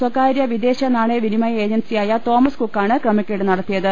സ്വകാര്യ വിദേശ നാണയ വിനിമയ ഏജൻസിയായ തോമസ് കുക്കാണ് ക്രമക്കേട് നടത്തിയത്